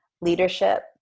leadership